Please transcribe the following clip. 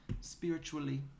spiritually